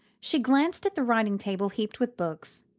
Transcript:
she glanced at the writing-table heaped with books,